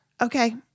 Okay